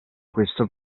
questa